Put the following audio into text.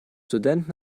student